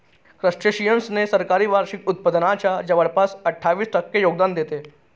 crustaceans ने सरासरी वार्षिक उत्पादनाच्या जवळपास अठ्ठावीस टक्के योगदान देते